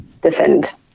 defend